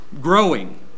growing